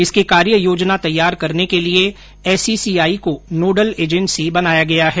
इसकी कार्य योजना तैयार करने के लिए एसईसीआई को नोडल एजेंसी बनाया गया है